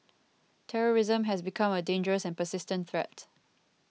terrorism has become a dangerous and persistent threat